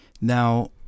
Now